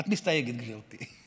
את מסתייגת, גברתי.